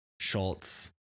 Schultz